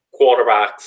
quarterbacks